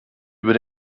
über